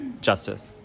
justice